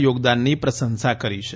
યોગદાનની પ્રશંસા કરી છે